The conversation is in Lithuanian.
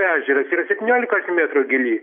ežeras yra septyniolikos metrų gylį